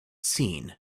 seen